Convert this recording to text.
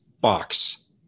box